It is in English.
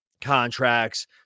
contracts